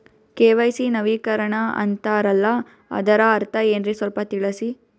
KYC ನವೀಕರಣ ಅಂತಾರಲ್ಲ ಅದರ ಅರ್ಥ ಏನ್ರಿ ಸ್ವಲ್ಪ ತಿಳಸಿ?